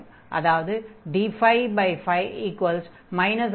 அதாவது d 2 dα என்று ஆகும்